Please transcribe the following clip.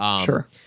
Sure